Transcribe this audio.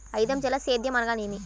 ఐదంచెల సేద్యం అనగా నేమి?